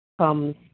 comes